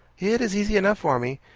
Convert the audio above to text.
it is easy enough for me.